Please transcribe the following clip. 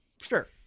Sure